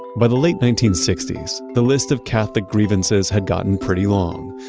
by the late nineteen sixty s, the list of catholic grievances had gotten pretty long.